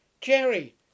jerry